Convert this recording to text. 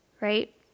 right